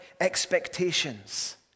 expectations